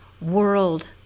world